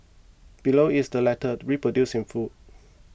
below is the letter reproduced in full